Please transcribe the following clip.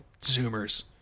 zoomers